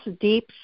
deep